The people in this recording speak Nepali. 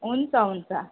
हुन्छ हुन्छ